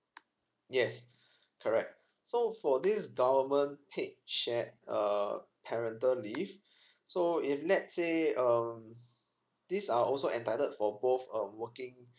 yes correct so for this government paid shared uh parental leave so if let's say um these are also entitled for both uh working